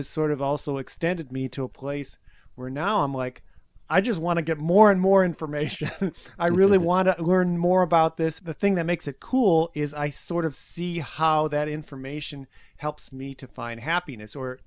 is sort of also extended me to a place where now i'm like i just want to get more and more information i really want to learn more about this the thing that makes it cool is i sort of see how that information helps me to find happiness or